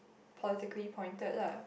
politically pointed lah